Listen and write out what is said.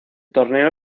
torneo